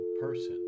person